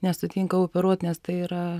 nesutinka operuot nes tai yra